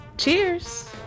Cheers